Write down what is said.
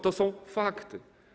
To są fakty.